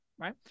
right